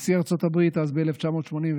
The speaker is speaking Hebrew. נשיא ארצות הברית אז, ב-1981,